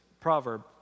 proverb